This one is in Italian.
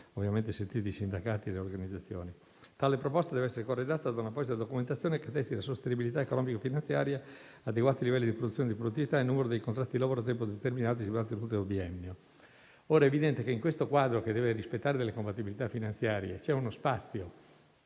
(ovviamente sentiti i sindacati e le organizzazioni). Tale proposta deve essere corredata da un'apposita documentazione che attesti la sostenibilità economico-finanziaria, adeguati livelli di produzione di proprietà e numero di contratti di lavoro a tempo determinato riguardanti un biennio. È evidente che, in questo quadro che deve rispettare delle compatibilità finanziarie, c'è uno spazio